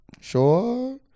sure